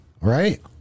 right